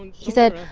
he said,